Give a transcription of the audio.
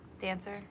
Dancer